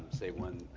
say one,